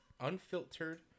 unfiltered